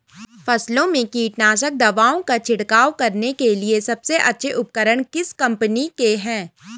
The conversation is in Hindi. फसलों में कीटनाशक दवाओं का छिड़काव करने के लिए सबसे अच्छे उपकरण किस कंपनी के हैं?